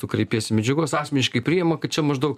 tu kreipiesi medžiagos asmeniškai priima kad čia maždaug